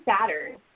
Saturn